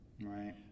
right